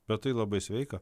bet tai labai sveika